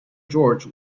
george